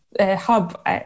hub